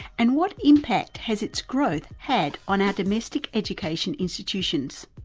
and what impact has its growth had on our domestic education institutions?